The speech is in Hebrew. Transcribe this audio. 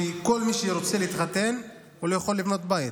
שכל מי שרוצה להתחתן לא יכול לבנות בית.